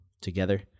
together